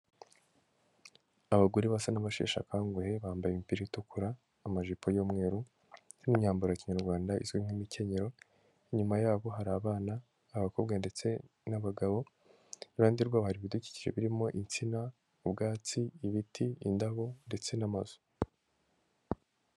Abagore basa n'abasheshe akanguhe, bambaye imipira itukura, amajipo y'umweru, n'imyambaro ya kinyarwanda izwi nk'imikenyero, inyuma yabo hari abana, abakobwa ndetse n'abagabo, iruhande rwabo hari ibidukikije birimo insina, ubwatsi, ibiti, indabo ndetse n'amazu.